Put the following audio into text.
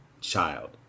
child